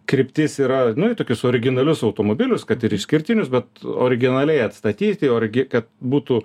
kryptis yra nu į tokius originalius automobilius kad ir išskirtinius bet originaliai atstatyti orgi kad būtų